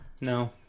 no